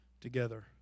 together